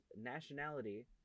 nationality